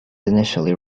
initially